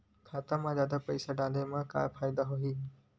खाता मा जादा पईसा डाले मा का फ़ायदा होही?